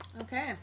Okay